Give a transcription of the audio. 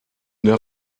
der